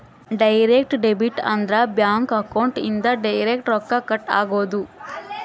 direct debit ಅಂದ್ರ bank account ಇಂದ direct ರೊಕ್ಕ ಕಟ್ ಆಗೋದು